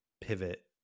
pivot